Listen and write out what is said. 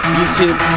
youtube